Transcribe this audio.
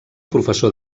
professor